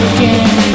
Again